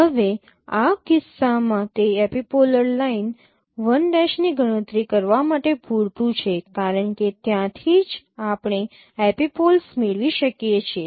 હવે આ કિસ્સામાં તે એપિપોલર લાઇન l' ની ગણતરી કરવા માટે પૂરતું છે કારણ કે ત્યાંથી જ આપણે એપિપોલ્સ મેળવી શકીએ છીએ